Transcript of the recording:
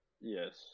Yes